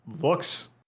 looks